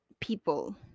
people